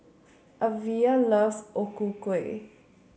Evia loves O Ku Kueh